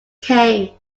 came